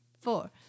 four